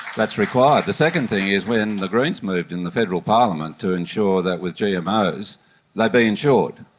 that's required. the second thing is when the greens moved in the federal parliament to ensure that with gmos they'd be insured,